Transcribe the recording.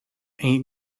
eight